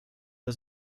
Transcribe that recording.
der